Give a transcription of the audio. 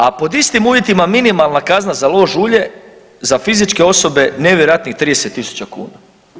A pod istim uvjetima minimalna kazna za lož ulje za fizičke osobe nevjerojatnih 30.000 kuna.